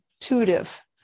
intuitive